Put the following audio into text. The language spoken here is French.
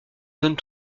zone